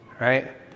right